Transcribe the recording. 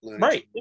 Right